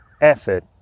effort